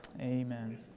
Amen